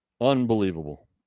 Unbelievable